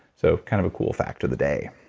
so kind of a cool fact of the day.